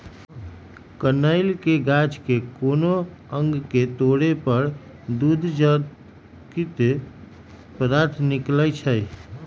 कनइल के गाछ के कोनो अङग के तोरे पर दूध जकति पदार्थ निकलइ छै